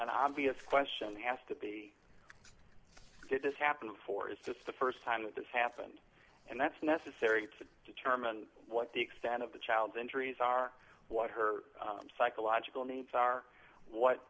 an obvious question has to be did this happen for is this the st time that this happened and that's necessary to determine what the extent of the child's injuries are what her psychological needs are what